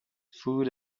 food